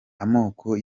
amoko